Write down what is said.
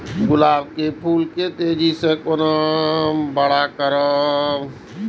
गुलाब के फूल के तेजी से केना बड़ा करिए?